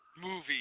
movie